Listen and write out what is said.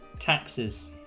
taxes